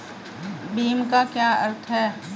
भीम का क्या अर्थ है?